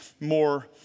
more